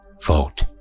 vote